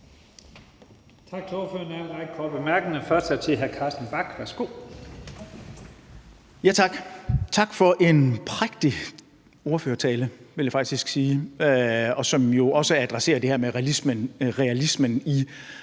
tak for en prægtig ordførertale, vil jeg faktisk sige, som jo også adresserer det her med realismen i